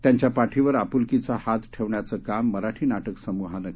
त्यांच्या पाठीवर आपुलकीचा हात ठेवण्याचं काम मराठी नाटक समूहानं केलं आहे